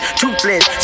toothless